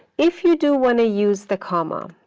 if you do want to use the comma,